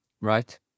right